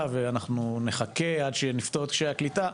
ואנחנו נחכה עד שנפתור את קשיי הקליטה,